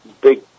big